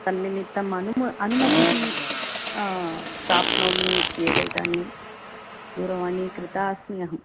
तन्निमित्तम् अनुम अनुमतिः प्राप्नोमि इत्येव इदानीं दूरवाणी कृता अस्मि अहम्